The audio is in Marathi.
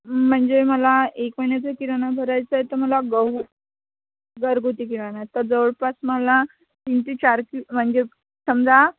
म्हणजे मला एक महिन्याचा किराणा भरायचं आहे तर मला गहू घरगुती किराणा आहे तर जवळपास मला तीन ते चार कि म्हणजे समजा